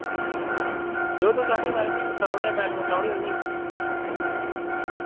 जो तुस आखगे माराज तुस सनाउड़ेआ में एटमां सनाउड़ियां तुसेंई